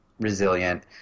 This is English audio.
Resilient